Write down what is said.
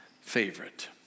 favorite